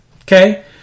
okay